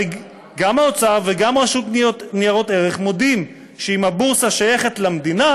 הרי גם האוצר וגם רשות ניירות ערך מודים שאם הבורסה שייכת למדינה,